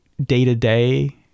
day-to-day